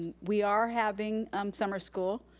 we are having summer school,